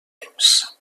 temps